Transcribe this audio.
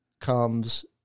comes